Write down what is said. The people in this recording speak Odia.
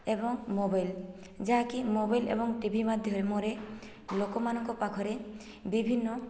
ଏବଂ ମୋବାଇଲ ଯାହାକି ମୋବାଇଲ ଏବଂ ଟିଭି ମାଧ୍ୟମରେ ଲୋକମାନଙ୍କ ପାଖରେ ବିଭିନ୍ନ